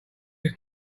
his